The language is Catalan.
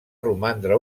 romandre